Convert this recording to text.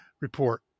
report